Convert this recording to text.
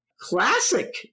classic